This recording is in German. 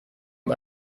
und